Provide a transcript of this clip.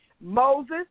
Moses